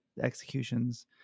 executions